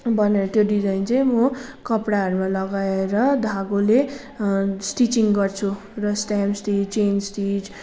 बनाएर त्यो डिजाइन चाहिँ म कपडाहरूमा लगाएर धागोले स्टिचिङ गर्छु र स्टाइल स्टिचिङ स्टिच